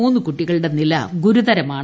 മൂന്ന് കുട്ടികളുടെ നില ഗുരുതരമാണ്